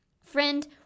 Friend